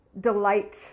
delight